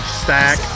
stack